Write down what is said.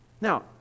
Now